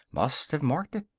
must have marked it.